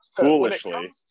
Foolishly